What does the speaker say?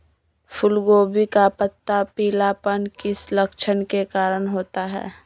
फूलगोभी का पत्ता का पीलापन किस लक्षण के कारण होता है?